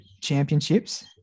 championships